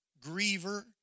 griever